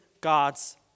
God's